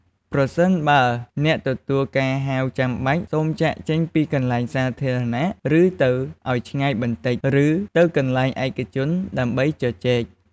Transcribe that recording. ប្រសិនបើអ្នកទទួលការហៅចាំបាច់ សូមចាកចេញពីកន្លែងសាធារណៈឬទៅឲ្យឆ្ងាយបន្តិច ឬ ទៅកន្លែងឯកជន ដើម្បីជជែក។